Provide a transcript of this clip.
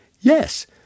Yes